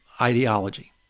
ideology